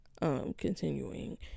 Continuing